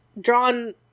drawn